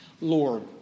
Lord